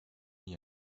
nie